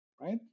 right